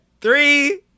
Three